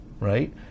right